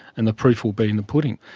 and the proof will be in the pudding.